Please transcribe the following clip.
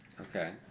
Okay